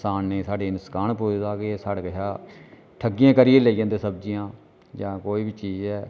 कसानें स्हाड़ें गी नुक्नसा पुजदा के साढ़े कशा ठग्गियां करियै लेई जंदे सब्जियां जां कोई बी चीज ऐ